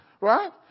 right